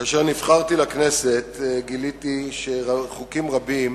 כאשר נבחרתי לכנסת גיליתי שחוקים רבים